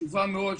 החשובה מאוד,